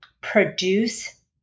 produce